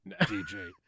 DJ